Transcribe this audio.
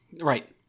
Right